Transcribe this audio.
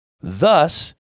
Thus